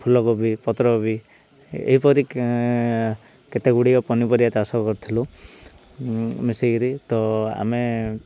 ଫୁଲକୋବି ପତ୍ରକୋବି ଏହିପରି କେତେଗୁଡ଼ିକ ପନିପରିବା ଚାଷ କରିଥିଲୁ ମିଶିକିରି ତ ଆମେ